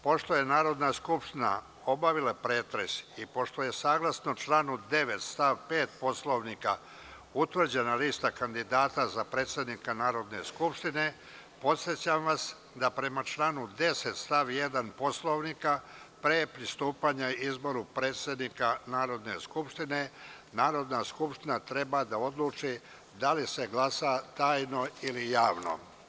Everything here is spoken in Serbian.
Pošto je Narodna skupština obavila pretres i pošto je saglasno članu 9. stav 5. Poslovnika utvrđena lista kandidata za predsednika Narodne skupštine, podsećam vas da, prema članu 10. stav 1. Poslovnika pre pristupanja izboru predsednika Narodne skupštine, Narodna skupština treba da odluči da li se glasa tajno ili javno.